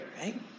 right